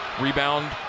Rebound